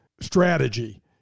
strategy